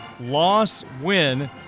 Loss-win